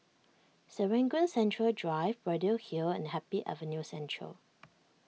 Serangoon Central Drive Braddell Hill and Happy Avenue Central